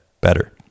better